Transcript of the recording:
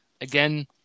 again